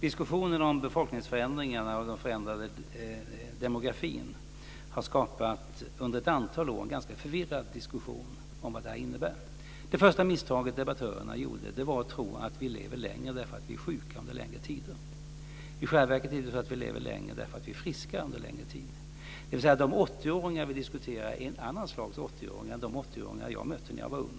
Fru talman! Befolkningsförändringarna och den förändrade demografin har under ett antal år skapat en ganska förvirrad diskussion om vad de innebär. Det första misstaget debattörerna gjorde var att tro att vi lever längre därför att vi är sjuka under längre tid. I själva verket lever vi längre därför att vi är friska under längre tid. De 80-åringar vi diskuterar är ett annat slags 80 åringar än de jag mötte när jag var ung.